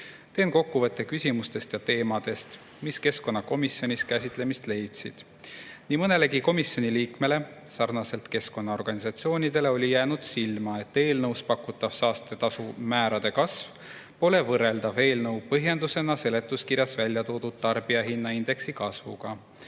Teen kokkuvõtte küsimustest ja teemadest, mis keskkonnakomisjonis käsitlemist leidsid. Nii mõnelegi komisjoni liikmele sarnaselt oli jäänud keskkonnaorganisatsioonidele silma, et eelnõus pakutav saastetasumäärade kasv pole võrreldav eelnõu põhjendusena seletuskirjas välja toodud tarbijahinnaindeksi kasvuga